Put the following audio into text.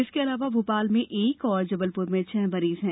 इसके अलावा भोपाल में एक और जबलपुर में छह मरीज हैं